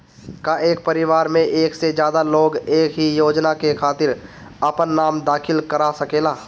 का एक परिवार में एक से ज्यादा लोग एक ही योजना के खातिर आपन नाम दाखिल करा सकेला?